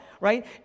right